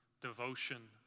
devotion